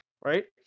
right